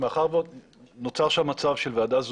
אבל זה לא רלוונטי מבחינת רב אזורי על מועצות מקומיות ועיריות.